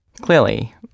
clearly